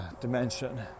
dimension